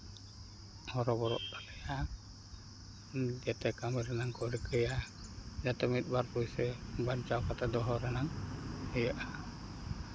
ᱦᱚᱨᱚᱵᱚᱨᱚᱜ ᱛᱟᱞᱮᱭᱟ ᱡᱚᱛᱚ ᱠᱟᱹᱢᱤ ᱨᱮᱱᱟᱜ ᱠᱚ ᱨᱤᱠᱟᱹᱭᱟ ᱡᱟᱛᱮ ᱢᱤᱫ ᱵᱟᱨ ᱯᱚᱭᱥᱟ ᱵᱟᱧᱪᱟᱣ ᱠᱟᱛᱮᱫ ᱫᱚᱦᱚ ᱨᱮᱱᱟᱜ ᱦᱩᱭᱩᱜᱼᱟ